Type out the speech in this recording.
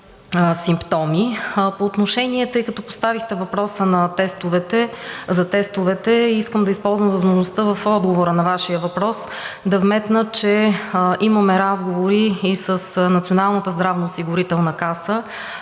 симптоми. Тъй като поставихте въпроса за тестовете, искам да използвам възможността в отговора на Вашия въпрос да вметна, че имаме разговори и с Националната здравноосигурителна каса.